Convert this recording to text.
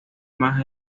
más